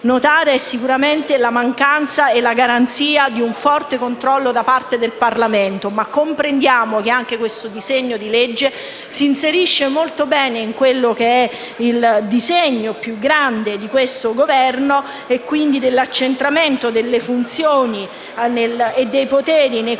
notare è sicuramente la mancanza e la garanzia di un forte controllo da parte del Parlamento. Ma comprendiamo che anche questo disegno di legge si inserisce molto bene nel disegno più grande di questo Governo, ossia l'accentramento delle funzioni e dei poteri nell'Esecutivo